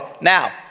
now